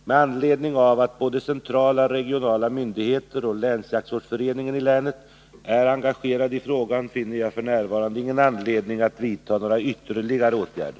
Med anledning av att både centrala och regionala myndigheter samt länsjaktsvårdsföreningen i länet är engagerade i frågan finner jag f. n. ingen anledning att vidta några ytterligare åtgärder.